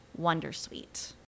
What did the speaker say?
Wondersuite